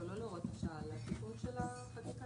לא, לא להוראת השעה, לתיקון של החקיקה